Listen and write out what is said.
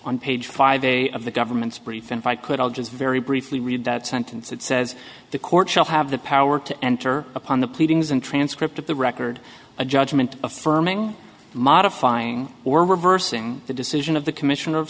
on page five a of the government's brief and if i could i'll just very briefly read that sentence it says the court shall have the power to enter upon the pleadings and transcript of the record a judgment affirming modifying or reversing the decision of the commissioner of